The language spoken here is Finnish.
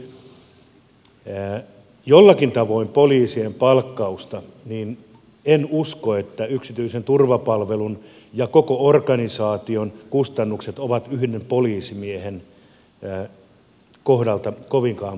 tuntien nyt jollakin tavoin poliisien palkkausta en usko että yksityisen turvapalvelun ja koko organisaation kustannukset ovat yhden poliisimiehen kohdalta kovinkaan paljon edullisemmat